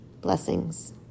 Blessings